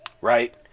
right